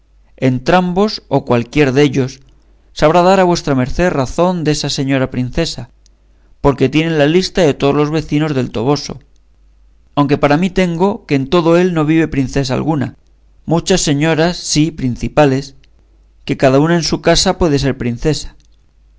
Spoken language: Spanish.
lugar entrambos o cualquier dellos sabrá dar a vuestra merced razón desa señora princesa porque tienen la lista de todos los vecinos del toboso aunque para mí tengo que en todo él no vive princesa alguna muchas señoras sí principales que cada una en su casa puede ser princesa